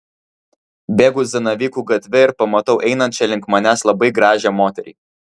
bėgu zanavykų gatve ir pamatau einančią link manęs labai gražią moterį